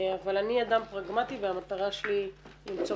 אבל אני אדם פרגמאטי והמטרה שלי למצוא